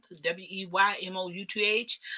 W-E-Y-M-O-U-T-H